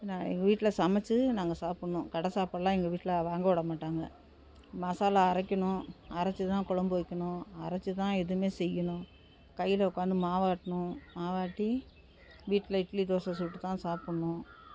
என்ன எங்கள் வீட்டில் சமைச்சி நாங்கள் சாப்பிட்ணும் கடை சாப்பாடுலாம் எங்கள் வீட்டில் வாங்க விட மாட்டாங்க மசாலா அரைக்கணும் அரைச்சி தான் கொழம்பு வெக்கணும் அரைச்சி தான் எதுவுமே செய்யணும் கையில் உக்காந்து மாவாட்டணும் மாவாட்டி வீட்டில் இட்லி தோசை சுட்டு தான் சாப்பிட்ணும்